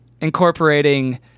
incorporating